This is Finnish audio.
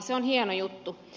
se on hieno juttu